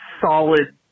solid